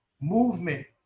movement